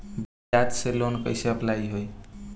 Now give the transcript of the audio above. बजाज से लोन कईसे अप्लाई होई?